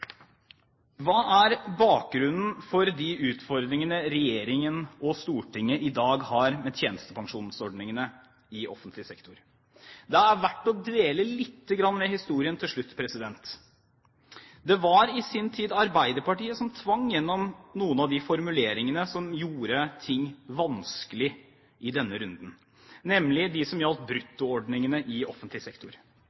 Hva er bakgrunnen for de utfordringene som regjeringen og Stortinget i dag har med tjenestepensjonsordningene i offentlig sektor? Det er verdt å dvele litt ved historien til slutt. Det var i sin tid Arbeiderpartiet som tvang igjennom noen av de formuleringene som gjorde ting vanskelig i denne runden, nemlig de som gjaldt